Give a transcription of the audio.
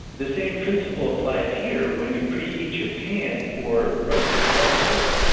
the same principle applies here when you preheat your pan for roasted vegetables,